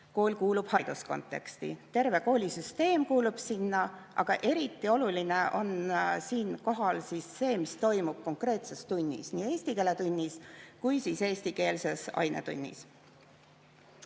Kool kuulub hariduskonteksti, terve koolisüsteem kuulub sinna, aga eriti oluline on siinkohal see, mis toimub konkreetses tunnis, nii eesti keele tunnis kui eestikeelses ainetunnis. Ja